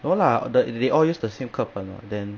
no lah the they all use the same 课本 [what] then